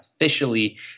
officially